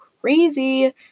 crazy